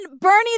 Bernie